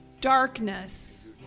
darkness